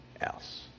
else